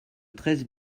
treize